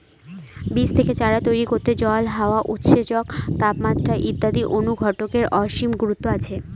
বীজ থেকে চারা তৈরি করতে জল, হাওয়া, উৎসেচক, তাপমাত্রা ইত্যাদি অনুঘটকের অসীম গুরুত্ব আছে